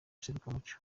serukiramuco